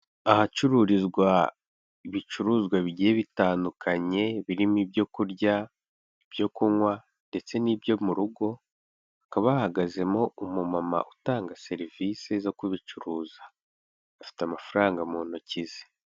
Ahacururizwa ibicuruzwa bigiye bitandukanye, birimo ibyo kurya, ibyo kunywa ndetse n'ibyo mu rugo. Hakaba hahagazemo umu mama utanga serivisi zo kubicuruza, afite amafaranga mu ntoki ze.